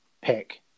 pick